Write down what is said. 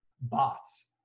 bots